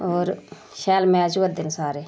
होर शैल मैच होआ दे न सारे